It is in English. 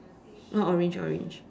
oh orange orange